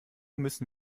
müssen